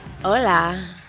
Hola